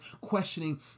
questioning